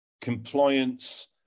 compliance